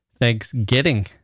thanksgiving